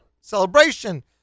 celebration